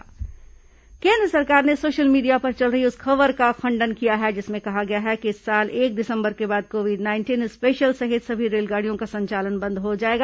केन्द्र स्पष्टीकरण केन्द्र सरकार ने सोशल मीडिया पर चल रही उस खबर का खंडन किया है जिसमें कहा गया है कि इस साल एक दिसंबर के बाद कोविड नाइंटीन स्पेशल सहित सभी रेलगाड़ियों का संचालन बंद हो जाएगा